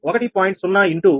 0 into 1